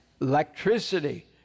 electricity